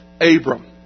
Abram